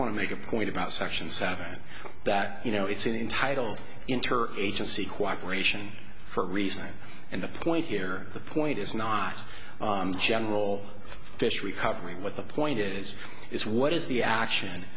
want to make a point about section seven that you know it's entitle inter agency cooperation for a reason and the point here the point is not general fish recovery what the point is is what is the action